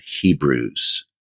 Hebrews